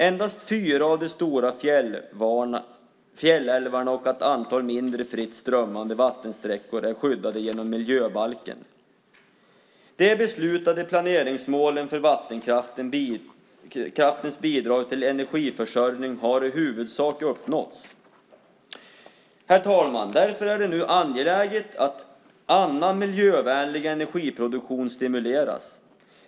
Endast fyra av de stora fjällälvarna och ett antal mindre, fritt strömmande vattensträckor är skyddade genom miljöbalken. De beslutade planeringsmålen för vattenkraftens bidrag till energiförsörjningen har i huvudsak uppnåtts. Herr talman! Det är nu därför angeläget att annan miljövänlig energiproduktion stimuleras.